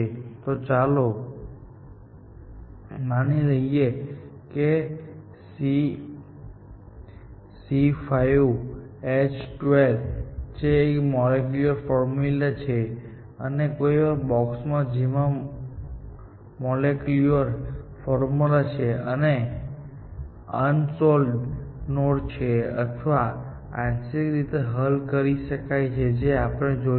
તો ચાલો માની લઈએ કે C5H12 તે એક મોલેક્યુલર ફોર્મ્યુલા છે અને કોઈ પણ બોક્સ કે જેમાં મોલેક્યુલર ફોર્મ્યુલા છે તે અનસોલ્વડ નોડ છે અથવા આંશિક રીતે હલ કરી શકાય છે જે આપણે જોઈશું